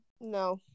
No